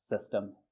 system